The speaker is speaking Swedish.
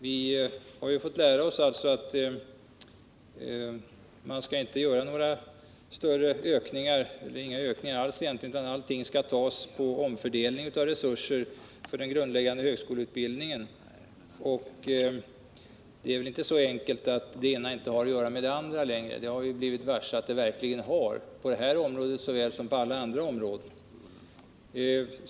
Nu skall det ju enligt budgetpropositionen inte göras några större ökningar —- inga ökningar alls egentligen — för den grundläggande högskoleutbildningen, utan allt skall klaras med omfördelning av resurser. Det är då inte så enkelt att det ena inte längre har något att göra med det andra — det har vi ju blivit varse att det verkligen har, på det här området lika väl som på alla andra områden.